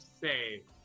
save